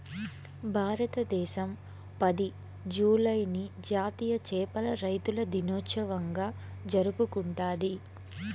భారతదేశం పది, జూలైని జాతీయ చేపల రైతుల దినోత్సవంగా జరుపుకుంటాది